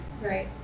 Right